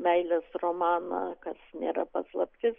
meilės romaną kas nėra paslaptis